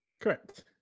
Correct